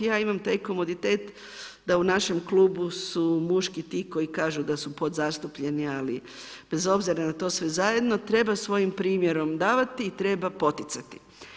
Ja imam taj komoditet da u našem klubu su muški ti koji kažu da su podzastupljeni, ali bez obzira na to sve zajedno, treba svojim primjerom davati i treba poticati.